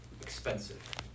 expensive